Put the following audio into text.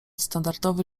standardowy